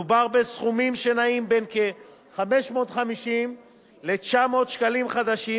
מדובר בסכומים שנעים בין כ-550 לכ-900 שקלים חדשים,